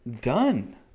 Done